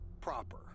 proper